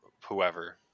whoever